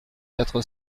quatre